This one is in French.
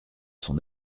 son